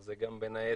זה גם בין היתר.